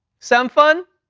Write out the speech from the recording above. sound fun?